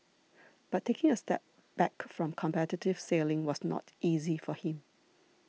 but taking a step back from competitive sailing was not easy for him